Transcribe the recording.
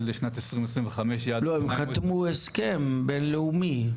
לשנת 2025 --- הם חתמו הסכם בין-לאומי.